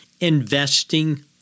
investing